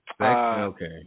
okay